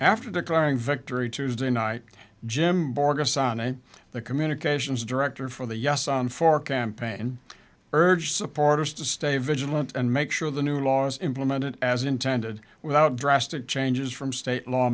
after declaring victory tuesday night jim borgerson and the communications director for the yes on four campaign urged supporters to stay vigilant and make sure the new laws implemented as intended without drastic changes from state law